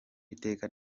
iteka